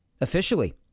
Officially